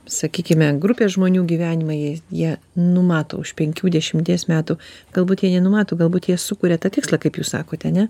sakykime grupė žmonių gyvenimai jei jie numato už penkių dešimties metų galbūt jie nenumato galbūt jie sukuria tą tikslą kaip jūs sakote ne